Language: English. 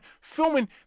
filming